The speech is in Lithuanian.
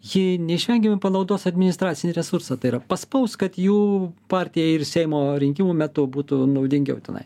ji neišvengiamai panaudos administracinį resursą tai yra paspaus kad jų partija ir seimo rinkimų metu būtų naudingiau tenai